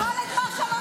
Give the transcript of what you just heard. מה אתה אומר?